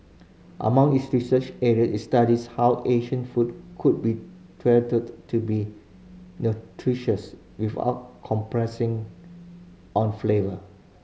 among its research area it studies how Asian food could be tweaked to be nutritious without compressing on flavour